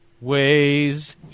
ways